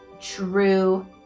true